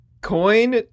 Coin